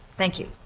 thank you.